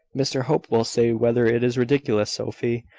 mr hope will say whether it is ridiculous, sophy.